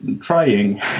trying